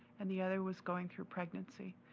and the other was going through pregnancy,